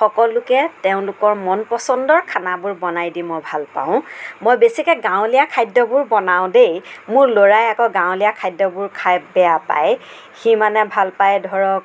সকলোকে তেওঁলোকৰ মন পচন্দৰ খানাবোৰ বনই দি মই ভাল পাওঁ মই বেছিকৈ গাঁৱলীয়া খাদ্যবোৰ বনাওঁ দেই মোৰ ল'ৰাই আকৌ গাঁৱলীয়া খাদ্যবোৰ খাই বেয়া পায় সি মানে ভাল পায় ধৰক